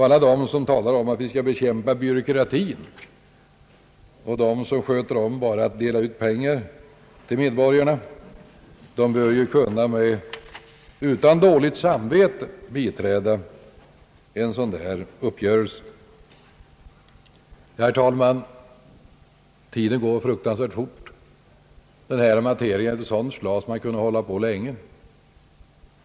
Alla de som talar om att vi skall bekämpa byråkrati och de som bara vill dela ut pengar till medborgarna bör ju utan dåligt samvete kunna biträda en sådan här uppgörelse. Herr talman! Tiden går fruktansvärt fort! Det här. materialet är av sådant slag att man skulle kunna tala om det länge.